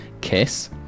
Kiss